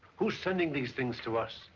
who is sending these things to us?